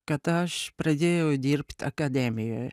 kad aš pradėjau dirbt akademijoj